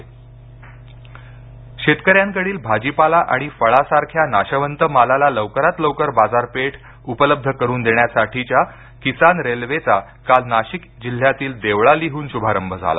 किसान railway शेतकऱ्यांकडील भाजीपाला आणि फळासारख्या नाशवंत मालाला लवकरात लवकर बाजारपेठ उपलब्ध करून देण्यासाठीच्या किसान रेल्वेचा काल नाशिक जिल्ह्यातील देवळालीहून शूभारंभ झाला